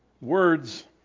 words